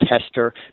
Tester